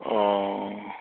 অঁ